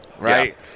Right